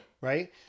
right